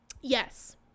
Yes